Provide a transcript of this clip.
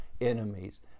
enemies